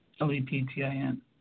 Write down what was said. L-E-P-T-I-N